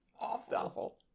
Awful